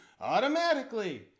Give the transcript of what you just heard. automatically